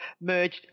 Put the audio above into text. merged